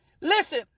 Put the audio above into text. Listen